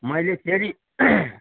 मैले फेरि